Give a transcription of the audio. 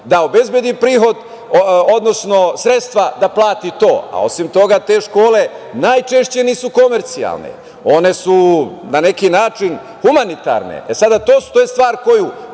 da obezbedi prihod, odnosno sredstva da plati to, a osim toga te škole najčešće nisu komercijalne, one su na neki način humanitarne. To je stvar koju,